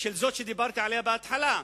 זאת שדיברתי עליה בהתחלה,